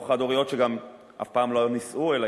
או חד-הוריות שאף פעם לא נישאו אלא